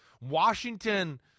Washington